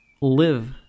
live